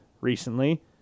recently